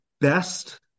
best